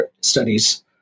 studies